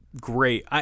great